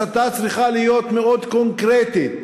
הסתה צריכה להיות מאוד קונקרטית,